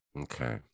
Okay